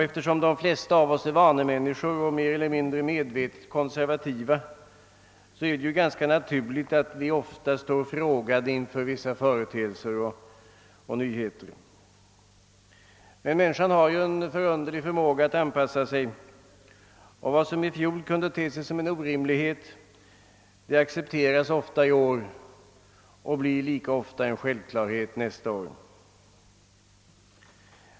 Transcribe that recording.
Eftersom de flesta av oss är vanemänniskor och mer eller mindre medvetet konservativa, är det ganska naturligt att vi ofta står frågande inför vissa företeelser och nyheter. Men människan har en förunderlig förmåga att anpassa sig, och vad som i fjol kunde te sig som en orimlighet accepteras ofta i år och blir lika ofta en självklarhet nästa år.